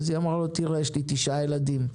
היא אמרה לו: יש לי תשעה ילדים,